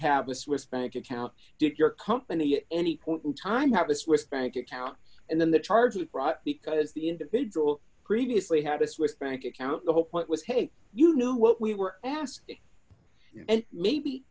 have a swiss bank account did your company at any point in time have a swiss bank account and then the charges brought because the individual previously had a swiss bank account the whole point was hey you know what we were asked and maybe